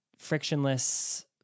frictionless